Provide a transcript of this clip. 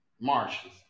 marshes